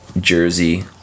jersey